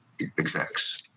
execs